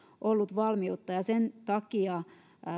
ollut valmiutta ja sen takia